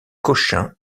cochin